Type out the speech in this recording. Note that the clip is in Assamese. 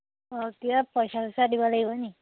অঁ কিবা পইচা চইচা দিব লাগিব নেকি